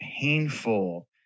painful